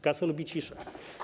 Kasa lubi ciszę.